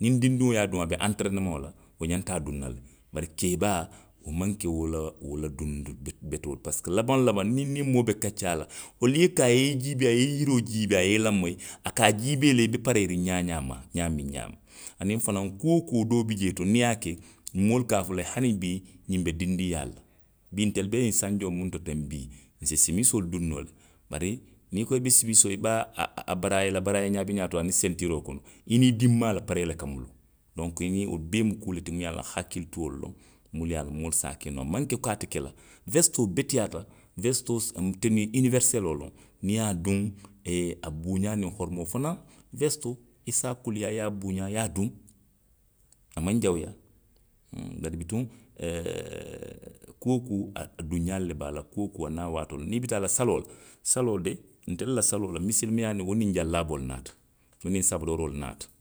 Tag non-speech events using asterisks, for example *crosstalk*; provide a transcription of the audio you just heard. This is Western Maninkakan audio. Niŋ dindiŋo ye a duŋ, a be anterenomaŋo la, wo ňanta a duŋ na le. Bari keebaa, wo maŋ ke wo la, wo la duŋ, duŋ betoo ti parisiko labaŋ labaŋo niŋ i niŋ moo be kaccaa la. woliyeeko a ye i jiibee, a ye i yiroo jiibee, a ye i lamoyi, a ka a jiibee le i be pareeriw ňaa ňaama ňaamiŋ ňaama. Aniŋ fanaŋ kuu woo kuu doo bi jee to niŋ i ye a ke. moolu ka a fo le hani bii, ňiŋ be dindiŋ yaa le la. Bii ntelu be ňiŋ sanjoo muŋ to teŋ bii. nse simisoolu duŋ noo le, bari niŋ i ko i be simisoo i be a, a, a baraayee la, baraayee ňaa be ňaa to aniŋ sentiiroo kono. i niŋ i dinmaa la paree le ka muluŋ. Donku, i niŋ wo bee mu kuu le ti muŋ ye a loŋ ko hakkilituolu loŋ munnu ye a loŋ moolu se a ke noo, a maŋ ke ko ate ke la. Wesitoo beteyaata, wesitoo si, tonii iniweriseloo loŋ. Niŋ i ye a duŋ, a buuňaa niŋ horomoo fanaŋ. Wesitoo, i si a kuliyaa i ye a buuňaa, i ye a duŋ. A maŋ jawuyaa. Huŋ, bari bituŋ, ee *hesitation* kuu woo kuu, duŋ ňaalu le be a la, kuu woo kuu niŋ a waatoo loŋ. niŋ i bi taa la saloo la. saloo de, ntelu la saloo la, misilimeyaa niŋ, wo niŋ njaaaboo le naata, wo niŋ sabadooroo le naata.